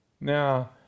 Now